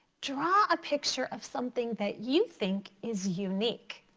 draw a picture of something that you think is unique.